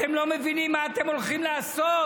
אתם לא מבינים מה אתם הולכים לעשות?